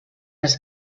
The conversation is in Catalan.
als